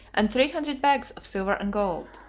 and three hundred bags of silver and gold.